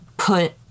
Put